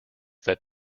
that